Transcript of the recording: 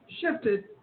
shifted